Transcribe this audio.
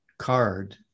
card